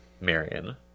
Marion